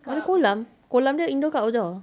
ada kolam kolam dia indoor ke outdoor